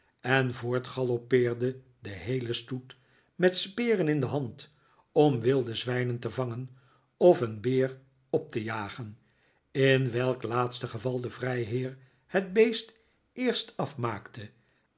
en voort galoppeerde de heele stoet met speren in de hand om wilde zwijnen te vangen of een beer op te jagen in welk laatste geval de vrijheer het beest eerst afmaakte